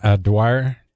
Dwyer